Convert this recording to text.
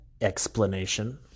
explanation